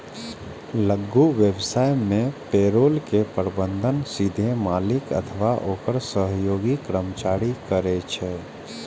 लघु व्यवसाय मे पेरोल के प्रबंधन सीधे मालिक अथवा ओकर सहयोगी कर्मचारी करै छै